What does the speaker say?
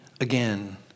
again